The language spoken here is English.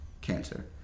cancer